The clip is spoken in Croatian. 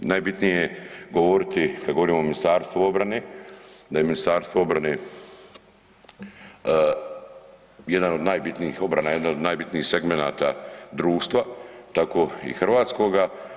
Najbitnije je govoriti kada govorimo o Ministarstvu obrane da je Ministarstvo obrane jedan od najbitnijih, obrana jedna od najbitnijih segmenata društva, tako i hrvatskoga.